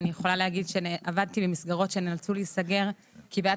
אני יכולה להגיד שעבדתי במסגרות שנאלצו להיסגר כי בעיית